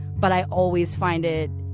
but i always find it.